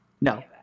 No